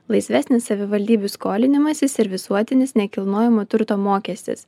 laisvesnis savivaldybių skolinimasis ir visuotinis nekilnojamo turto mokestis